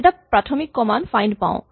এটা প্ৰাথমিক command find পাওঁ